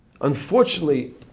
Unfortunately